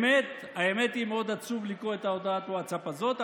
האמת היא שמאוד עצוב לקרוא את הודעת הווטסאפ הזאת,